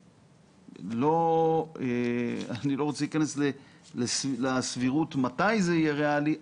אני לא רוצה להיכנס לסבירות מתי זה יהיה ריאלי,